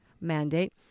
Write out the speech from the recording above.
mandate